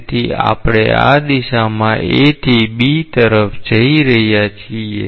તેથી આપણે આ દિશામાં A થી B તરફ જઈ રહ્યા છીએ